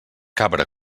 cabra